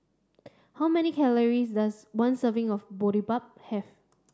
how many calories does one serving of Boribap have